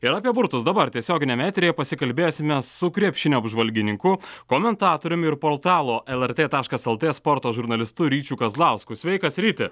ir apie burtus dabar tiesioginiame eteryje pasikalbėsime su krepšinio apžvalgininku komentatoriumi ir portalo lrt taškas lt sporto žurnalistu ryčiu kazlausku sveikas ryti